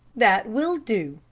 that will do,